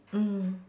mm